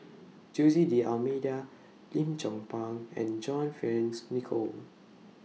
Jose D'almeida Lim Chong Pang and John Fearns Nicoll